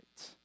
right